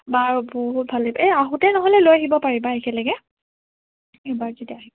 বাৰু বহুত ভাল লাগিল এই আহোঁতেই নহ'লে লৈ আহিব পাৰিবা একেলগে এইবাৰ যেতিয়া আহিবা